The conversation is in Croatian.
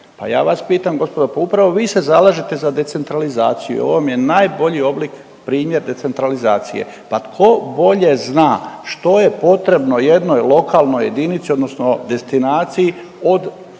pa ja vas pitam gospodo, pa upravo vi se zalažete za decentralizaciju, ovo vam je najbolji oblik, primjer decentralizacije. Pa tko bolje zna što je potrebno jednoj lokalnoj jedinici odnosno destinaciji od